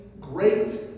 great